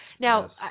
Now